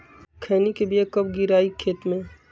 खैनी के बिया कब गिराइये खेत मे?